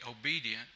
obedient